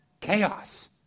Chaos